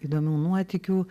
įdomių nuotykių